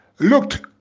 Looked